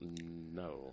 No